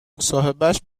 مصاحبهش